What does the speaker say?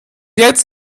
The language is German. jetzt